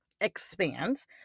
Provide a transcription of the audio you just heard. Expands